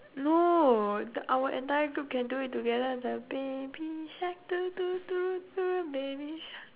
no our entire group can do it together like baby shark do do do do baby shark